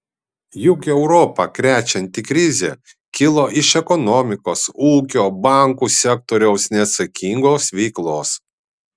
juk europą krečianti krizė kilo iš ekonomikos ūkio bankų sektoriaus neatsakingos veiklos